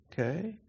Okay